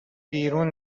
بیرون